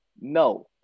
No